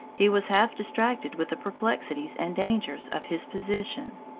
he was half distracted with the perplexities and dangers of his position.